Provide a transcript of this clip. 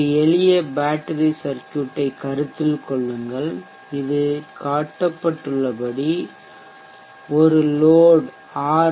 ஒரு எளிய பேட்டரி சர்க்யூட்டை கருத்தில் கொள்ளுங்கள் இது காட்டப்பட்டுள்ளபடி ஒரு லோட் ஆர்